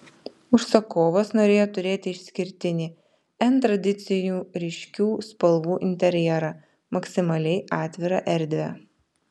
užsakovas norėjo turėti išskirtinį n tradicinių ryškių spalvų interjerą maksimaliai atvirą erdvę